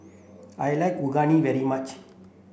I like Unagi very much